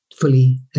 fully